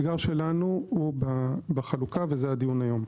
האתגר שלנו הוא בחלוקה, וזה הדיון היום.